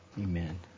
amen